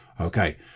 Okay